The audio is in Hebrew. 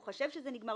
הוא חושב שזה נגמר,